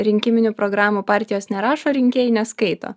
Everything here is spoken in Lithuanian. rinkiminių programų partijos nerašo rinkėjai neskaito